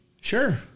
sure